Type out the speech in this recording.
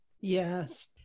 Yes